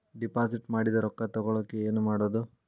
Deposit ಮಾಡಿದ ರೊಕ್ಕ ತಗೋಳಕ್ಕೆ ಏನು ಮಾಡೋದು?